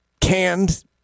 canned